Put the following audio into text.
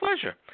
pleasure